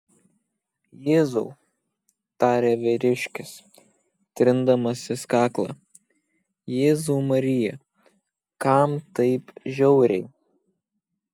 jėzau tarė vyriškis trindamasis kaklą jėzau marija kam taip žiauriai